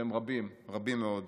והם רבים, רבים מאוד: